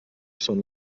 són